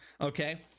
Okay